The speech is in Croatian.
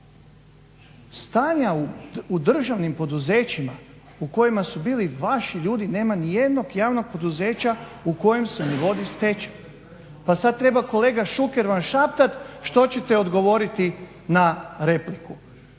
Stanja u državnim poduzećima u kojima su bili vaši ljudi nema nijednog javnog poduzeća u kojem se ne vodi stečaj, pa sada vam treba kolega Šuker šaptati što ćete odgovoriti na repliku.